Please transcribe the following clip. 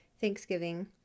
Thanksgiving